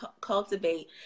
cultivate